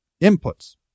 inputs